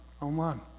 online